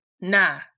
Nah